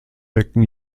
becken